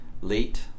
late